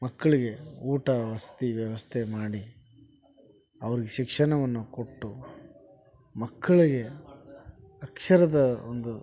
ಮಕ್ಕಳಿಗೆ ಊಟ ವಸತಿ ವ್ಯವಸ್ಥೆ ಮಾಡಿ ಅವ್ರ್ಗೆ ಶಿಕ್ಷಣವನ್ನ ಕೊಟ್ಟು ಮಕ್ಳಿಗೆ ಅಕ್ಷರದ ಒಂದು